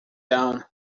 down